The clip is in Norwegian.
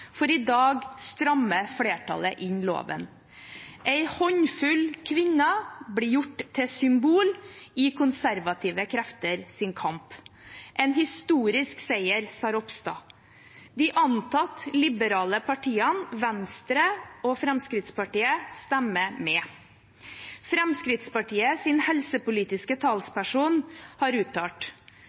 for i dag strammer flertallet inn loven. En håndfull kvinner blir gjort til symbol i konservative krefters kamp – en historisk seier, sa Ropstad. De antatt liberale partiene, Venstre og Fremskrittspartiet, stemmer med. Fremskrittspartiets helsepolitiske talsperson har uttalt: